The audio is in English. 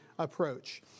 approach